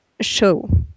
show